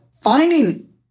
finding